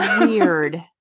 Weird